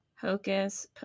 hocus